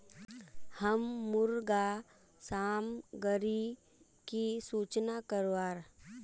हम मुर्गा सामग्री की सूचना करवार?